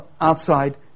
outside